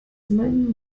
meinen